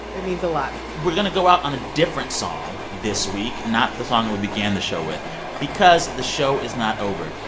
it means a lot we're going to go out on a different song this week not the song we began the show with because the show is not over.